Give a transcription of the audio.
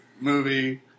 movie